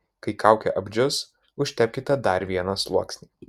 kai kaukė apdžius užtepkite dar vieną sluoksnį